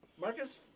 Marcus